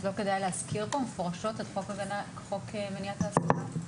לא כדאי להזכיר פה מפורשות את חוק מניעת העסקה?